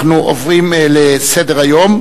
אנחנו עוברים לסדר-היום,